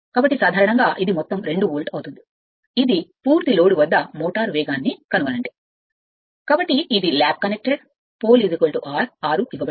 కాబట్టి సాధారణంగా ఇది మొత్తం 2 వోల్ట్ అవుతుంది ఇది పూర్తి భారం వద్ద మోటారు వేగాన్ని నిర్ణయించే బ్రష్కు ఇవ్వబడుతుంది కాబట్టి దీనికి ల్యాప్ కనెక్టెడ్ పోల్ 6 ఇవ్వబడుతుంది